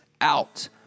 out